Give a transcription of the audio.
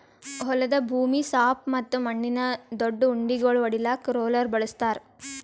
ಹೊಲದ ಭೂಮಿ ಸಾಪ್ ಮತ್ತ ಮಣ್ಣಿನ ದೊಡ್ಡು ಉಂಡಿಗೋಳು ಒಡಿಲಾಕ್ ರೋಲರ್ ಬಳಸ್ತಾರ್